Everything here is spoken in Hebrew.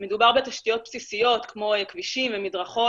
מדובר בתשתיות בסיסיות כמו כבישים ומדרכות.